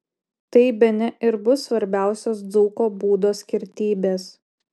tai bene ir bus svarbiausios dzūko būdo skirtybės